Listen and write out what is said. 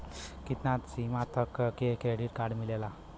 कितना सीमा तक के क्रेडिट कार्ड मिलेला?